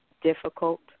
difficult